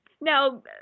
Now –